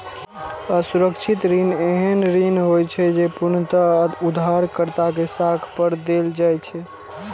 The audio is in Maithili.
असुरक्षित ऋण एहन ऋण होइ छै, जे पूर्णतः उधारकर्ता के साख पर देल जाइ छै